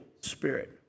spirit